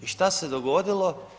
I šta se dogodilo?